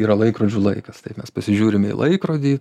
yra laikrodžių laikas taip mes pasižiūrime į laikrodį